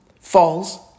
falls